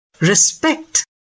respect